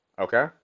Okay